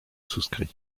souscrit